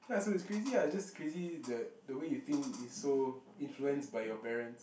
ya so is crazy lah is just crazy that the way you think is so influenced by your parents